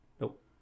Nope